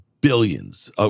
billions